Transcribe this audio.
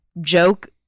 joke